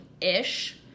ish